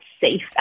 safe